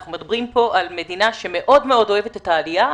אנחנו מדברים פה על מדינה שמאוד אוהבת את העלייה,